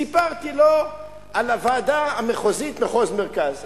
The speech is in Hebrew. סיפרתי לו על הוועדה המחוזית, מחוז מרכז.